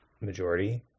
majority